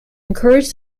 encourage